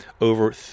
over